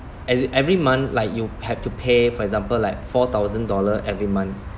as in every month like you have to pay for example like four thousand dollar every month